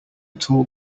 tall